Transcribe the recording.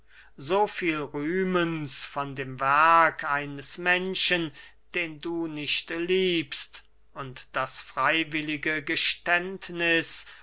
so viel rühmens von dem werk eines menschen den du nicht liebst und das freywillige geständniß